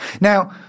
Now